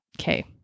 okay